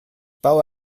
baue